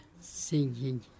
singing